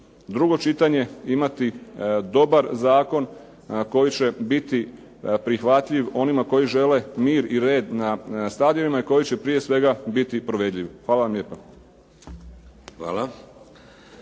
drugo čitanje imati dobar zakon koji će biti prihvatljiv onima koji žele mir i red na stadionima i koji će prije svega biti provediv. Hvala vam lijepa.